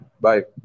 Bye